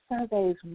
surveys